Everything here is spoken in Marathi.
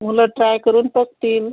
मुलं ट्राय करून बघतील